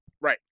right